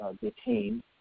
detained